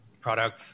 products